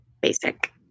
Basic